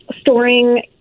storing